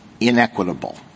inequitable